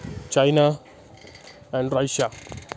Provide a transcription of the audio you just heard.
China and Russia